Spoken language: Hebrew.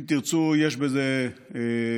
אם תרצו, יש בזה אמירה